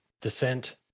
descent